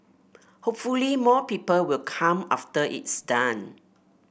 hopefully more people will come after it's done